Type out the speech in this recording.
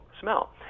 smell